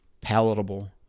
palatable